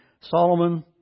Solomon